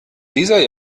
dieser